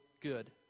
good